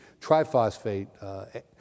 triphosphate